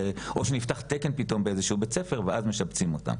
או שנפתח תקן פתאום באיזה שהוא בית ספר ואז משבצים אותם.